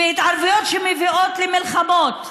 והתערבויות שמביאות למלחמות.